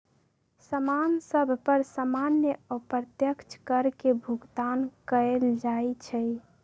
समान सभ पर सामान्य अप्रत्यक्ष कर के भुगतान कएल जाइ छइ